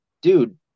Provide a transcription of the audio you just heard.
dude